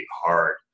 hard